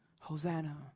Hosanna